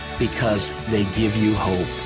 because they give you hope.